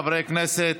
חברי הכנסת.